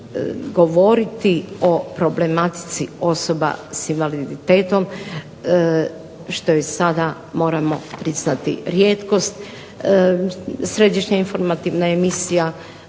govoriti o problematici osoba sa invaliditetom što je sada moramo priznati rijetkost. Središnja informativna emisija